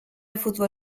futbol